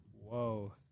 Whoa